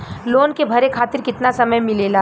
Loan के भरे खातिर कितना समय मिलेला?